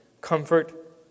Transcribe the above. comfort